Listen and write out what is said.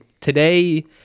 today